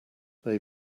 they